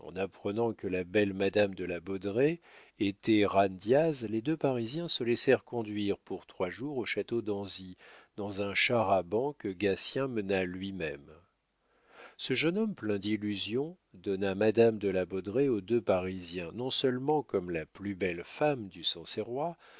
apprenant que la belle madame de la baudraye était jan diaz les deux parisiens se laissèrent conduire pour trois jours au château d'anzy dans un char à bancs que gatien mena lui-même ce jeune homme plein d'illusions donna madame de la baudraye aux deux parisiens non-seulement comme la plus belle femme du